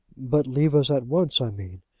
but leave us at once, i mean.